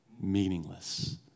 meaningless